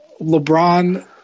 LeBron